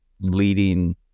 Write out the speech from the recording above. leading